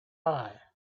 eye